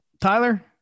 Tyler